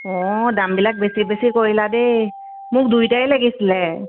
অ' দামবিলাক বেছি বেছি কৰিলা দেই মোক দুইটাই লাগিছিলে